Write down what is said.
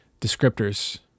descriptors